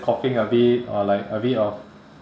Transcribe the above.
coughing a bit or like a bit of